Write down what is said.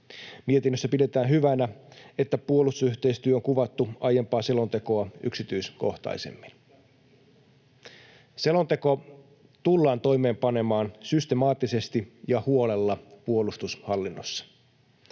Mietinnössä pidetään hyvänä, että puolustusyhteistyö on kuvattu aiempaa selontekoa yksityiskohtaisemmin. Selonteko tullaan toimeenpanemaan systemaattisesti ja huolella puolustushallinnossa.